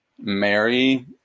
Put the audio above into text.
Mary